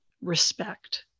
respect